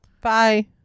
Bye